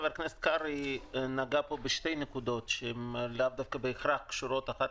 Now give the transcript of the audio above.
חבר הכנסת קרעי נגע בשתי נקודות שהן לאו דווקא קשורות זו